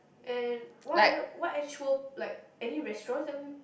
and what other what actual like any restaurants that we